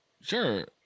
Sure